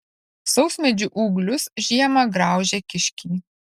sausmedžių ūglius žiemą graužia kiškiai